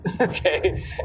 Okay